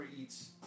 eats